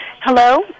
Hello